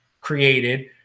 created